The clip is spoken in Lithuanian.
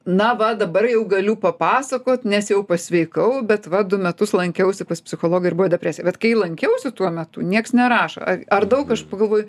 na va dabar jau galiu papasakot nes jau pasveikau bet va du metus lankiausi pas psichologą ir buvo depresija bet kai lankiausi tuo metu nieks nerašo ar ar daug aš pagalvoju